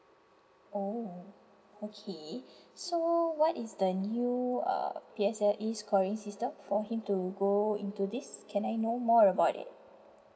oh okay so what is the new err P_S_L_E scoring system for him to go into this can I know more about it